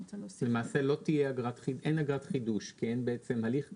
למעשה אין אגרת חידוש, כי אין בעצם הליך כזה?